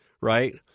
right